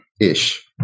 ish